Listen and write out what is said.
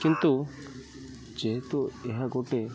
କିନ୍ତୁ ଯେହେତୁ ଏହା ଗୋଟେ